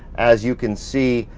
as you can see,